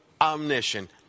omniscient